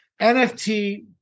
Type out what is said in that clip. NFT